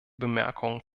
bemerkungen